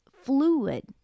fluid